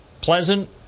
pleasant